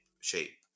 shape